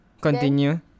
Continue